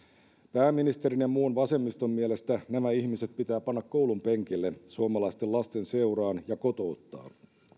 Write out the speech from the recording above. pääministerin ja muun vasemmiston mielestä nämä ihmiset pitää panna koulunpenkille suomalaisten lasten seuraan ja kotouttaa